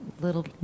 little